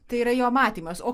tai yra jo matymas o